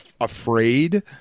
afraid